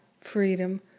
freedom